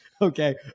okay